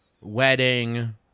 wedding